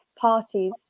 parties